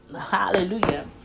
hallelujah